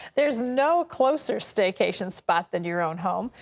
there is no closer staycation spot than your own home.